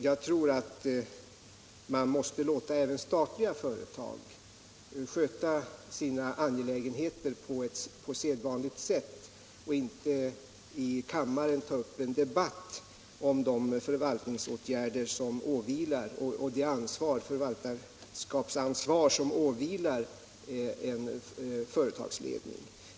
Jag tror att man bör låta även statliga företag sköta sina angelägenheter på sedvanligt sätt och inte i kammaren ta upp en debatt om det förvaltarskapsansvar som åvilar en företagsledning.